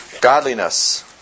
Godliness